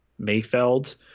Mayfeld